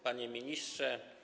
Panie Ministrze!